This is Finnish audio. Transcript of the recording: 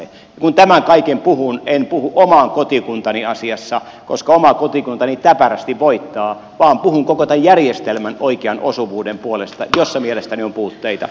kun tämän kaiken puhun en puhu oman kotikuntani asiassa koska oma kotikuntani täpärästi voittaa vaan puhun koko tämän järjestelmän oikeaan osuvuuden puolesta jossa mielestäni on puutteita